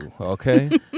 okay